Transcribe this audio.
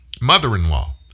mother-in-law